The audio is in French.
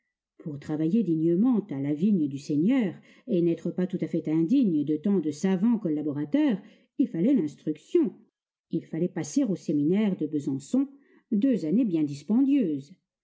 pour travailler dignement à la vigne du seigneur et n'être pas tout à fait indigne de tant de savants collaborateurs il fallait l'instruction il fallait passer au séminaire de besançon deux années bien dispendieuses